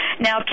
Now